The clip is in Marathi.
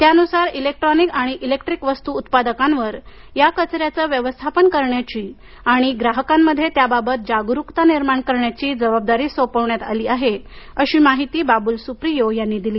त्यानुसार इलेक्ट्रॉनिक आणि इलेक्ट्रिक वस्तू उत्पादकांवर या कचऱ्याचं व्यवस्थापन करण्याची आणि ग्राहकांमध्ये त्याबाबत जागरुकता निर्माण करण्याची जबाबदारी सोपवण्यात आली आहे अशी माहिती बाबुल सुप्रियो यांनी दिली